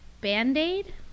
Band-Aid